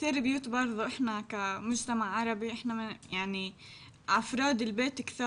אחת הבעיות שאנחנו מתמודדות איתה היא שאנחנו כאוכלוסייה ערבית,